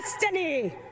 destiny